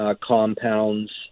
compounds